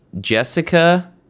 jessica